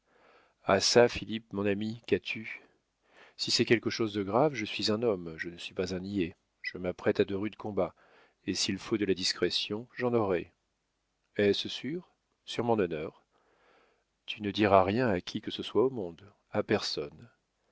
ah ça philippe mon ami qu'as-tu si c'est quelque chose de grave je suis un homme je ne suis pas un niais je m'apprête à de rudes combats et s'il faut de la discrétion j'en aurai est-ce sûr sur mon honneur tu ne diras rien à qui que ce soit au monde a personne